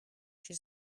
she